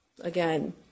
again